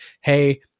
Hey